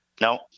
No